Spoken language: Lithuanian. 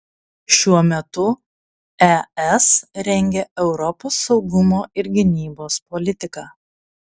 šiuo metu es rengia europos saugumo ir gynybos politiką